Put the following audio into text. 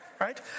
right